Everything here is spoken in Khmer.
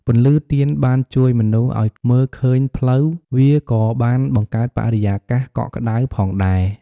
ពន្លឺទៀនបានជួយមនុស្សឲ្យមើលឃើញផ្លូវ វាក៏បានបង្កើតបរិយាកាសកក់ក្ដៅផងដែរ។